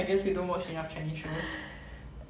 I guess we don't watch enough chinese shows